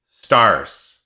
stars